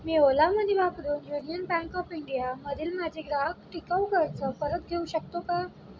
मी Ola money वापरून union bank of इंडियामधील माझे ग्राहक टिकाऊ कर्ज परत घेऊ शकतो का